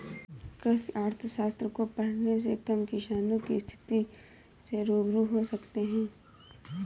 कृषि अर्थशास्त्र को पढ़ने से हम किसानों की स्थिति से रूबरू हो सकते हैं